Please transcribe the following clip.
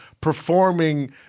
performing